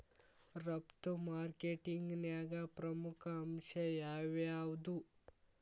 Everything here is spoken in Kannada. ರಫ್ತು ಮಾರ್ಕೆಟಿಂಗ್ನ್ಯಾಗ ಪ್ರಮುಖ ಅಂಶ ಯಾವ್ಯಾವ್ದು?